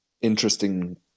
interesting